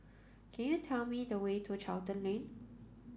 can you tell me the way to Charlton Lane